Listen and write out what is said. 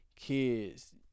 kids